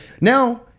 now